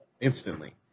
instantly